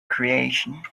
creation